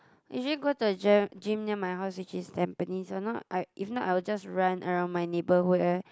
usually go to the gym gym near my house which is Tampines or not I if not I'll just run around my neighbourhood eh